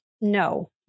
no